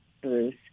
Bruce